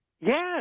Yes